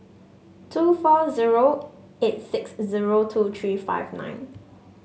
two four zero eight six zero two three five nine